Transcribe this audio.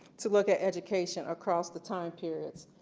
to look at education across the time period,